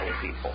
people